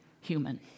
human